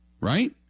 Right